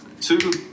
Two